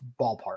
ballpark